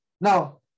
Now